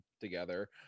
together